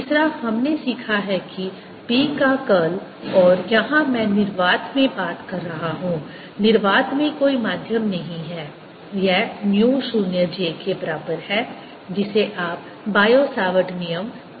तीसरा हमने सीखा है कि B का कर्ल और यहां मैं निर्वात में बात कर रहा हूं निर्वात में कोई माध्यम नहीं है यह म्यू 0 j के बराबर है जिसे आप बायो सावर्ट नियम कह सकते हैं